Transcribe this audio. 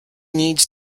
needs